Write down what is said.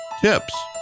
Tips